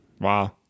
Wow